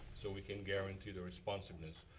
so we can guarantee the responsiveness.